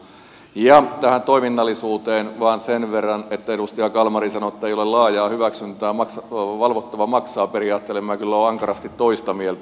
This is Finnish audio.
ja tähän toiminnallisuuteen vain sen verran että kun edustaja kalmari sanoi että ei ole laajaa hyväksyntää valvottava maksaa periaatteelle niin minä kyllä olen ankarasti toista mieltä